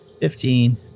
fifteen